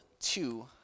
two